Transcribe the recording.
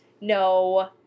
No